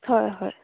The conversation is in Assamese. হয় হয়